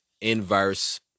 inverse